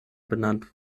benannt